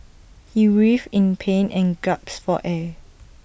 he writhed in pain and gasped for air